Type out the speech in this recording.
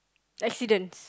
accidents